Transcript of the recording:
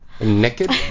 Naked